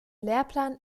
lehrplan